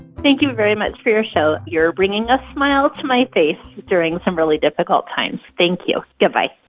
thank you very much for your show. you're bringing a smile to my face during some really difficult times. thank you. goodbye